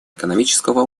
экономического